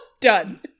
Done